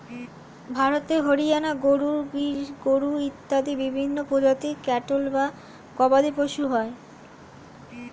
ভারতে হরিয়ানা গরু, গির গরু ইত্যাদি বিভিন্ন প্রজাতির ক্যাটল বা গবাদিপশু হয়